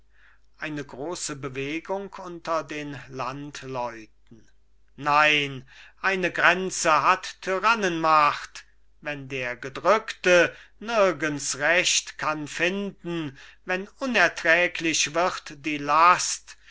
eine grosse bewegung unter den landleuten nein eine grenze hat tyrannenmacht wenn der gedrückte nirgends recht kann finden wenn unerträglich wird die last